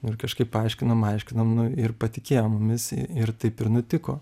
ir kažkaip paaiškinom aiškinom ir patikėjo mumis i ir taip ir nutiko